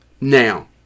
Now